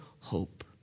hope